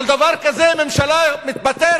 על דבר כזה ממשלה מתפטרת